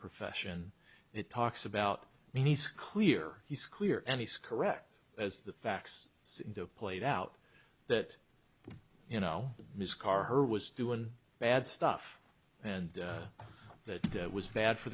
profession it talks about nice clear he's clear any skerrick as the facts played out that you know his car her was doing bad stuff and that was bad for